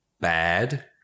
bad